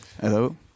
Hello